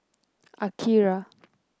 Akira